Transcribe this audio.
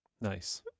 Nice